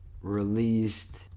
released